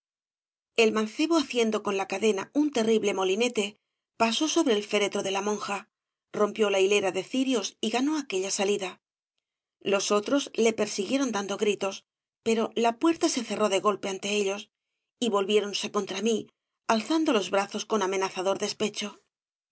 el mancebo haciendo con la cadena un terrible molinete pasó sobre el féretro de la monja rompió ia hilera de cirios y ganó aquella salida los otros ie persiguieron dando gritos pero la puerta se cerró de golpe ante ellos y volviéronse contra mí alzando los brazos con amenazador despecho